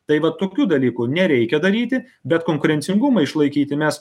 tai vat tokių dalykų nereikia daryti bet konkurencingumą išlaikyti mes